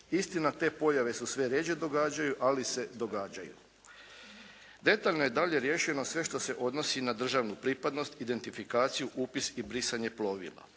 Istina te pojave se sve rjeđe događaju, ali se događaju. Detaljno je dalje riješeno sve što se odnosi na državnu pripadnost, identifikaciju, upis i brisanje plovila.